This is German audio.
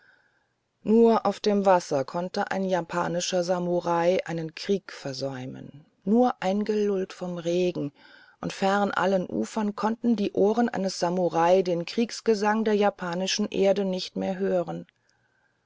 nur auf dem wasser konnte ein japanischer samurai einen krieg versäumen nur eingelullt vom regen und fern von allen ufern konnten die ohren eines samurai den kriegsgesang der japanischen erde nicht mehr hören